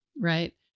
Right